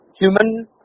human